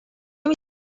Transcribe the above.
نمی